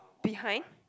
behind